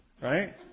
right